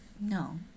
No